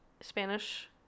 Spanish